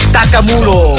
Takamuro